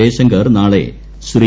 ജയശങ്കർ നാളെ ശ്രീ